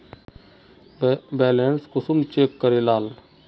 Balance कुंसम check करे लाल?